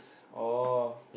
oh